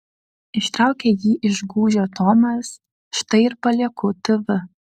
ištraukė jį iš gūžio tomas štai ir palieku tv